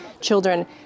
children